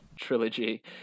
trilogy